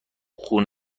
خون